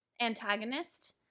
antagonist